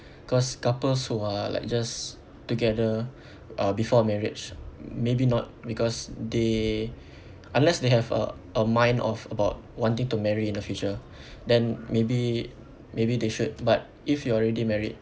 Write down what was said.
cause couples who are like just together uh before marriage maybe not because they unless they have a a mind of about wanting to marry in the future then maybe maybe they should but if you are already married